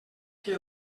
que